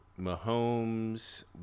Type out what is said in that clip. Mahomes